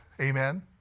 Amen